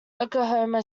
oklahoma